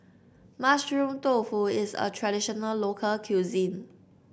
Mushroom Tofu is a traditional local cuisine